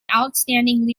outstanding